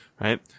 right